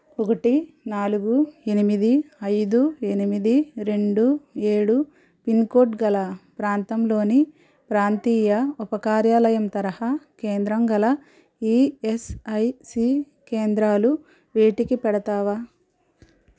ఒకటి నాలుగు ఎనిమిది ఐదు ఎనిమిది రెండు ఏడు పిన్ కోడ్ గల ప్రాంతంలోని ప్రాంతీయ ఉపకార్యాలయం తరహా కేంద్రం గల ఈఎస్ఐసి కేంద్రాలు వేటికి పెడతావా